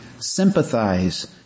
Sympathize